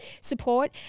support